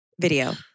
video